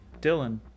Dylan